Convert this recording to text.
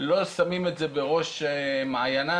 לא שמים את זה בראש מעייניהם,